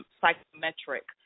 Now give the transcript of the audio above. Psychometric